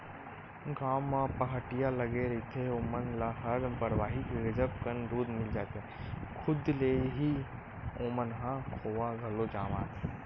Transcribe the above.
गाँव म पहाटिया लगे रहिथे ओमन ल हर बरवाही के गजब कन दूद मिल जाथे, खुदे ले ही ओमन ह खोवा घलो जमाथे